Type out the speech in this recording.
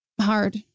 hard